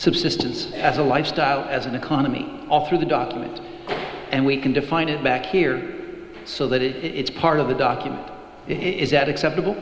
subsistence as a lifestyle as an economy all through the document and we can define it back here so that it it's part of the document it is that acceptable